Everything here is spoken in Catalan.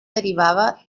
derivava